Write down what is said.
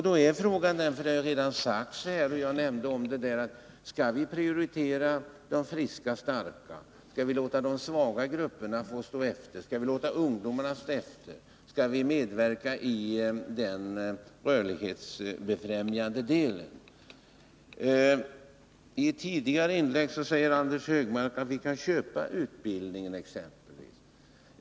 Då är frågan, som redan har sagts här: Skall vi prioritera de friska och starka och låta de svaga grupperna stå efter, skall vi låta ungdomarna stå efter och skall vi medverka i rörlighetsbefrämjande åtgärder? I ett tidigare inlägg sade Anders Högmark att vi exempelvis kan köpa utbildningen.